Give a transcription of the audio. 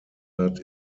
hat